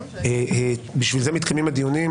בשביל זה מתקיימים הדיונים,